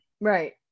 Right